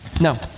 No